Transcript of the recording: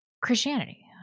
christianity